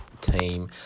team